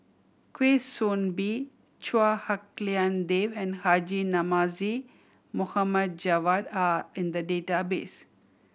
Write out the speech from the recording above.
Kwa Soon Bee Chua Hak Lien Dave and Haji Namazie Mohamad Javad are in the database